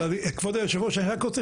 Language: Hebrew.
כבוד יושב הראש, אני רק רוצה